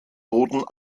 boden